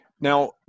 Now